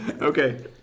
Okay